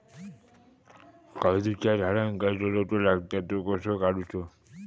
काजूच्या झाडांका जो रोटो लागता तो कसो काडुचो?